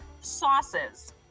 sauces